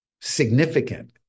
significant